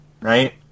Right